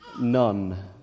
none